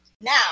now